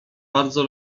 bardzo